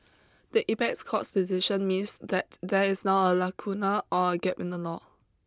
the apex court's decision means that there is now a lacuna or a gap in the law